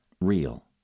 real